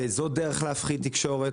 וזו דרך להפחיד תקשורת,